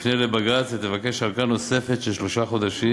תפנה לבג”ץ ותבקש ארכה נוספת של שלושה חודשים.